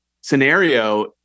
scenario